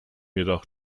jedoch